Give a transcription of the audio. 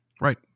Right